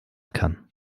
kann